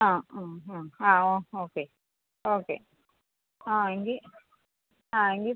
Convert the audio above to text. ആ അ ഹ ആ ഓ ഓക്കെ ഓക്കെ ആ എങ്കിൽ ആ എങ്കിൽ